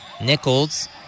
Nichols